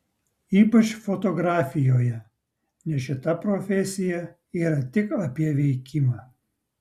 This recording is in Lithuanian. ypač fotografijoje nes šita profesija yra tik apie veikimą